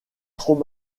trop